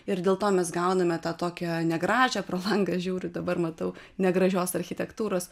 ir dėl to mes gauname tą tokią negražią pro langą žiūriu dabar matau negražios architektūros